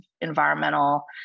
environmental